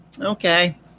Okay